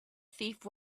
thief